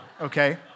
Okay